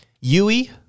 Yui